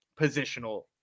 positional